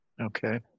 Okay